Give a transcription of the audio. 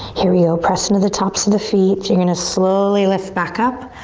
here we go. press into the tops of the feet. you're gonna slowly lift back up.